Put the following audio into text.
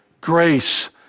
grace